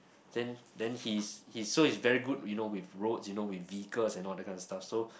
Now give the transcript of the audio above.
then then he's he's so he's very good you know with roads you know with vehicles and all that kind of stuff so